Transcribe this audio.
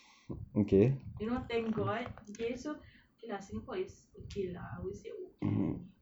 you know thank god okay so okay lah singapore is okay lah I would say okay